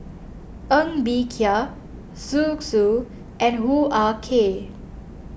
Ng Bee Kia Zhu Xu and Hoo Ah Kay